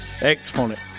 Exponent